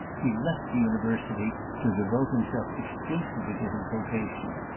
he left the university to devote himself exclusively to his vocation.